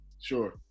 Sure